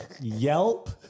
Yelp